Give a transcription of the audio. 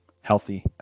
healthy